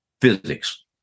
Physics